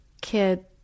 kid